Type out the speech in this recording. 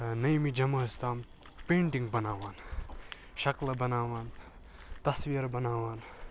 نٔیمہِ جَمٲژ تام پینٛٹِنٛگ بَناوان شَکلہٕ بَناوان تَصویٖر بَناوان